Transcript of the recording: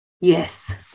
Yes